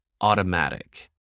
automatic